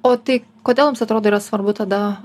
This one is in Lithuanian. o tai kodėl jums atrodo yra svarbu tada